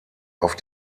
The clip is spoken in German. auf